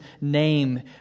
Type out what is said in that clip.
name